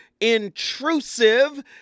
intrusive